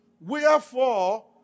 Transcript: Wherefore